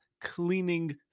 Cleaning